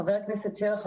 חבר הכנסת שלח,